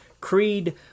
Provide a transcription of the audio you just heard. Creed